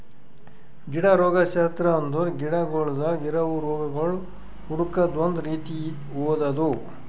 ಗಿಡ ರೋಗಶಾಸ್ತ್ರ ಅಂದುರ್ ಗಿಡಗೊಳ್ದಾಗ್ ಇರವು ರೋಗಗೊಳ್ ಹುಡುಕದ್ ಒಂದ್ ರೀತಿ ಓದದು